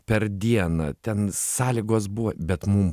per dieną ten sąlygos buvo bet mum